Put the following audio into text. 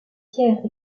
pierre